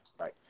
right